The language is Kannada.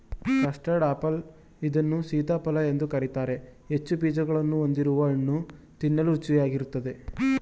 ಕಸ್ಟರ್ಡ್ ಆಪಲ್ ಇದನ್ನು ಸೀತಾಫಲ ಎಂದು ಕರಿತಾರೆ ಹೆಚ್ಚು ಬೀಜಗಳನ್ನು ಹೊಂದಿರುವ ಹಣ್ಣು ತಿನ್ನಲು ರುಚಿಯಾಗಿರುತ್ತದೆ